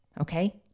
Okay